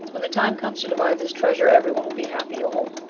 when the time comes to divide this treasure, everyone will be happy, ole.